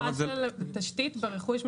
בסוף זה תשתית ברכוש משותף.